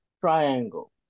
Triangle